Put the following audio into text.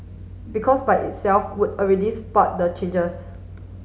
because by itself would already spur the changes